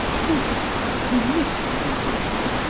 good-night, mrs. morell.